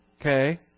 Okay